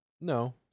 No